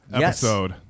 episode